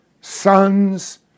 sons